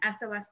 SOS